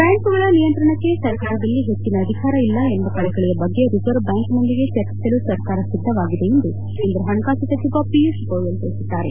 ಬ್ಲಾಂಕುಗಳ ನಿಯಂತ್ರಣಕ್ಕೆ ಸರ್ಕಾರದಲ್ಲಿ ಹೆಚ್ಚಿನ ಅಧಿಕಾರ ಇಲ್ಲ ಎಂಬ ಕಳಕಳಿಯ ಬಗ್ಗೆ ರಿಸರ್ವ್ ಬ್ಲಾಂಕ್ನೊಂದಿಗೆ ಚರ್ಚಿಸಲು ಸರ್ಕಾರ ಸಿದ್ದವಾಗಿದೆ ಎಂದು ಕೇಂದ್ರ ಹಣಕಾಸು ಸಚಿವ ಪಿಯೂಷ್ ಗೋಯಲ್ ತಿಳಿಸಿದ್ದಾರೆ